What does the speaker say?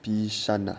bishan ah